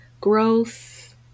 growth